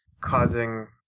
causing